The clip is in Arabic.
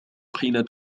حين